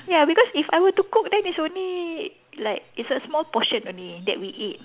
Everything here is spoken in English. ya because if I were to cook then it's only like it's a small portion only that we eat